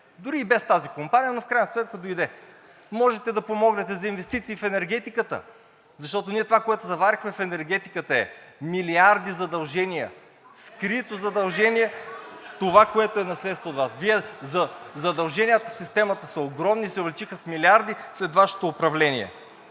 Дори и без тази компания, но в крайна сметка дойде. Можете да помогнете за инвестиции в енергетиката, защото ние това, което заварихме в енергетиката, е милиарди задължения, скрито задължение – това, което е наследство от Вас. (Шум и реплики от ГЕРБ-СДС.) Задълженията в системата са огромни и се увеличиха с милиарди след Вашето управление.